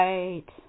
Right